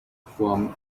from